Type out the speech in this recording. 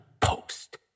post